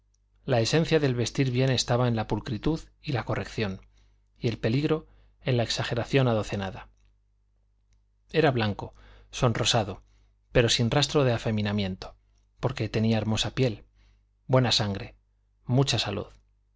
la esencia del vestir bien estaba en la pulcritud y la corrección y el peligro en la exageración adocenada era blanco sonrosado pero sin rastro de afeminamiento porque tenía hermosa piel buena sangre mucha salud